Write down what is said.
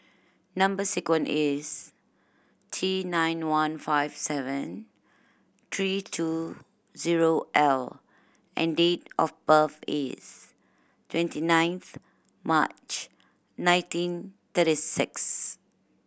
number sequence is T nine one five seven three two zero L and date of birth is twenty ninth March nineteen thirty six